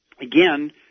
again